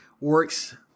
works